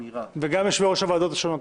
וגם יושבי ראש של הוועדות השונות,